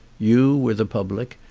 you were the public,